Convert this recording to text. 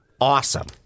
awesome